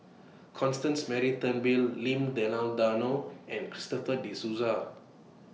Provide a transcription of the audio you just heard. Constance Mary Turnbull Lim Denan Denon and Christopher De Souza